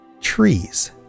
trees